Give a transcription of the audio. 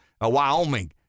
Wyoming